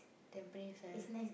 Tampines eh